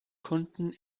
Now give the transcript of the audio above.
kunden